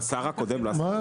גם את החמאה צריך להכניס.